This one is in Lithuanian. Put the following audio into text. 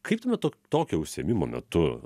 kaip na to tokio užsiėmimo metu